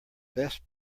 best